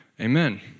amen